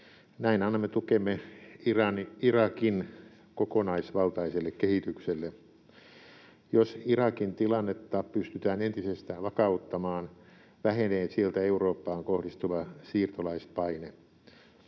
Näin annamme tukemme Irakin kokonaisvaltaiselle kehitykselle. Jos Irakin tilannetta pystytään entisestään vakauttamaan, vähenee sieltä Eurooppaan kohdistuva siirtolaispaine.